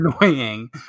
annoying